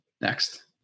Next